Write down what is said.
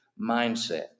mindset